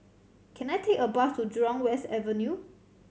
can I take a bus to Jurong West Avenue